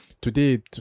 today